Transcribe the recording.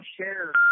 share